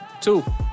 Two